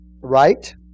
right